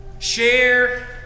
Share